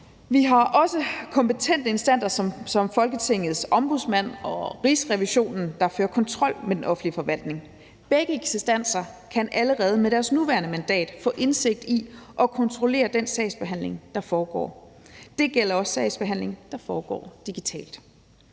Vi har også kompetente instanser som Folketingets Ombudsmand og Rigsrevisionen, der fører kontrol med den offentlige forvaltning. Begge instanser kan allerede med deres nuværende mandat få indsigt i at kontrollere den sagsbehandling, der foregår. Det gælder også sagsbehandling, der foregår digitalt.